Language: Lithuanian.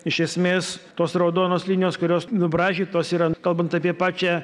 iš esmės tos raudonos linijos kurios nubraižytos ir ant kalbant apie pačią